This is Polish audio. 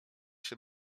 się